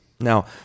now